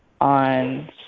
on